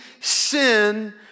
sin